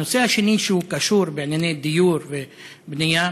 הנושא השני, שהוא קשור בענייני דיור ובנייה: